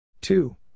Two